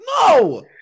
No